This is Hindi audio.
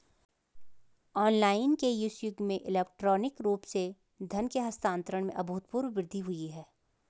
ऑनलाइन के इस युग में इलेक्ट्रॉनिक रूप से धन के हस्तांतरण में अभूतपूर्व वृद्धि हुई है